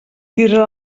tira